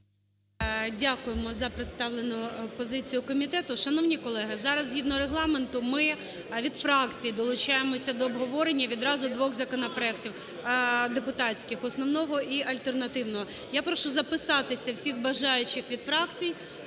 Дякуємо за представлену позицію комітету. Шановні колеги, зараз згідно Регламенту ми від фракції долучаємося до обговорення. І відразу двох законопроектів депутатських: основного і альтернативного. Я прошу записатися всіх бажаючих від фракцій,